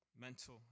mental